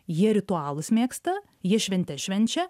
jie ritualus mėgsta jie šventes švenčia